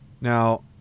Now